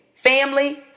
family